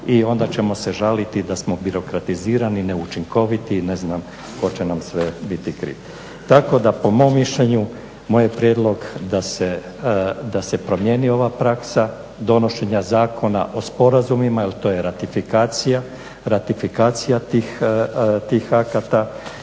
i onda ćemo se žaliti da smo birokratizirani, neučinkoviti i ne znam tko će nam sve biti kriv. Tako da po mom mišljenju moj je prijedlog da se promijeni ova praksa donošenja Zakona o sporazumima jer to je ratifikacija, ratifikacija